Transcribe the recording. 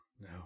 no